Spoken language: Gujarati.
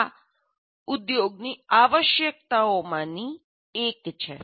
આ ઉદ્યોગની આવશ્યકતાઓમાંની એક છે